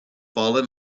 fallen